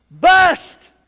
Bust